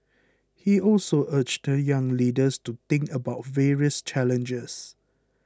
he also urged the young leaders to think about various challenges